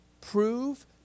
prove